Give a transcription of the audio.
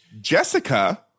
Jessica